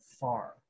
far